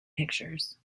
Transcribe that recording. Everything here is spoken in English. pictures